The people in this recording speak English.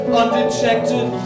undetected